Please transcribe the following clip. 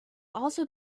also